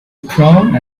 prone